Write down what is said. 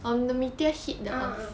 ah ah